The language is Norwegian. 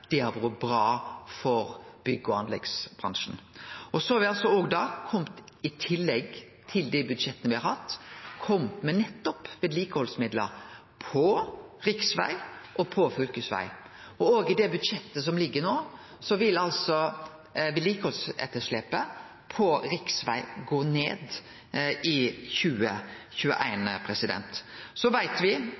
Det har vore bra for bygge- og anleggsbransjen. I tillegg til dei budsjetta me har hatt, har me kome med nettopp vedlikehaldsmidlar på riksveg og på fylkesveg, og med det budsjettet som ligg no, vil vedlikehaldsetterslepet på riksvegane gå ned i 2021. Så veit